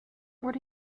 what